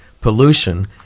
pollution